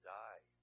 die